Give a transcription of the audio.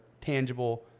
tangible